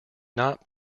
not